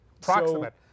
Proximate